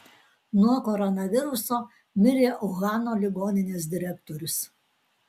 nuo koronaviruso mirė uhano ligoninės direktorius